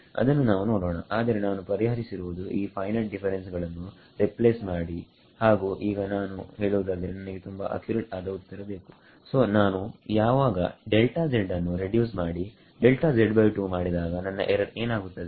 ಅದನ್ನು ನಾವು ನೋಡೋಣ ಆದರೆ ನಾನು ಪರಿಹರಿಸಿರುವುದು ಈ ಫೈನೈಟ್ ಡಿಫರೆನ್ಸ್ ಗಳನ್ನು ರಿಪ್ಲೇಸ್ ಮಾಡಿ ಹಾಗು ಈಗ ನಾನು ಹೇಳುವುದಾದರೆ ನನಗೆ ತುಂಬಾ ಅಕ್ಯುರೇಟ್ ಆದ ಉತ್ತರ ಬೇಕು ಸೋನಾನು ಯಾವಾಗ ಅನ್ನು ರೆಡ್ಯೂಸ್ ಮಾಡಿ ಮಾಡಿದಾಗ ನನ್ನ ಎರರ್ ಏನಾಗುತ್ತದೆ